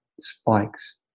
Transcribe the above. spikes